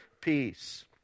peace